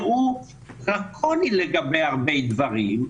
שהוא דרקוני לגבי הרבה דברים,